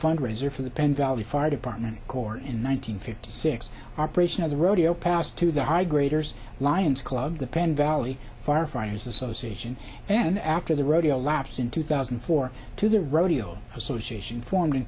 fundraiser for the penn valley fire department corps in one nine hundred fifty six operation of the rodeo passed to the high graders lions club the penn valley firefighters association and after the rodeo laps in two thousand and four to the rodeo association formed in